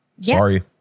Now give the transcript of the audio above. sorry